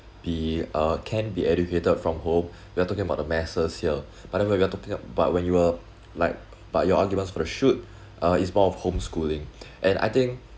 be uh can be educated from home we are talking about the masses here but then when we are talking ab~ but when you were like but your arguments for the should uh it's more of home schooling and I think